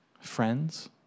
friends